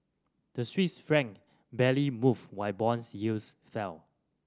the Swiss franc barely moved while bonds yields fell